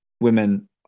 women